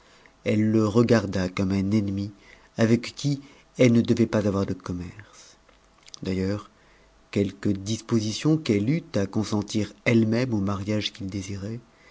elle le regarda comme un ennemi avec qui elle ne devait pas avoir de commerce d'ailleurs quelque disposition qu'elle eût à consentir elle-même au mariage qu'il désirait